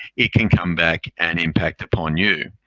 it can come back and impact upon you.